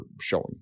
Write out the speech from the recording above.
showing